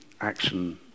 action